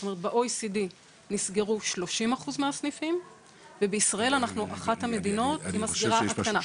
ב-OECD נסגרו 30% מהסניפים ובישראל אנחנו אחת המדינות עם הסגירה הקטנה.